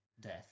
death